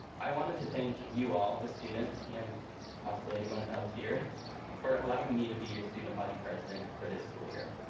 i wanted to thank you all the students and possibly anyone else here for allowing me to be your student body president for this school year.